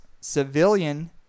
civilian